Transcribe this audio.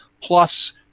plus